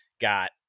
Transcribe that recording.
got